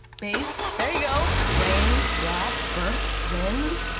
bass, there you go, rain, rap, burp, wind,